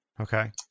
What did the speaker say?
Okay